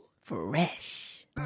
Fresh